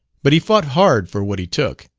but he fought hard for what he took,